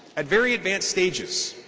at very advanced stages.